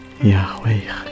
Yahweh